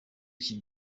iki